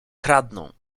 kradną